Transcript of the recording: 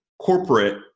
corporate